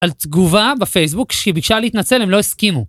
על תגובה בפייסבוק כשבקשה להתנצל, הם לא הסכימו.